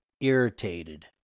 irritated